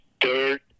dirt